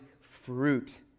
fruit